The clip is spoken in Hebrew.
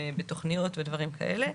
בתכניות ודברים כאלה.